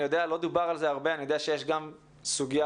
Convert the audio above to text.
לא דובר על זה הרבה אבל אני יודע שיש גם סוגיה